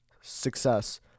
success